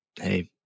hey